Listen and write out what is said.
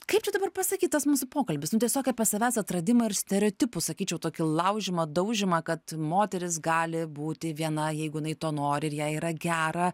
kaip čia dabar pasakyt tas mūsų pokalbis nu tiesiog apie savęs atradimą ir stereotipų sakyčiau tokį laužymą daužymą kad moteris gali būti viena jeigu jinai to nori ir jai yra gera